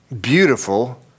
Beautiful